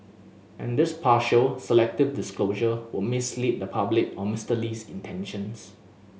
and this partial selective disclosure would mislead the public on Mister Lee's intentions